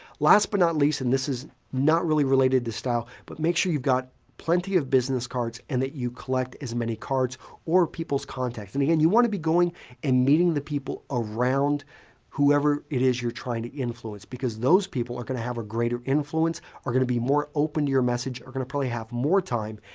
last but not least, and this is not really related to style, but make sure you've got plenty of business cards and that you collect as many cards or people's contacts. again, and and you want to be going and meeting the people around whoever it is you're trying to influence because those people are going to have a greater influence, are going to be more open to your message, are going to probably have more time,